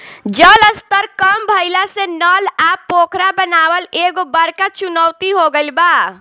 जल स्तर कम भइला से नल आ पोखरा बनावल एगो बड़का चुनौती हो गइल बा